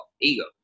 ego